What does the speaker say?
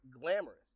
glamorous